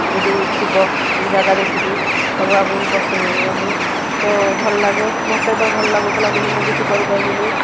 ଯଦି ଥିବ ଜାଗା ଦେଖିକି ତାକୁ ଆଗକୁ ପସାଇବାକୁ ତ ଭଲ ଲାଗେ ମୋତେ ତ ଭଲ ଲାଗୁଥିଲା କିନ୍ତୁ ମୁଁ କିଛି କରିପାରିଲିନି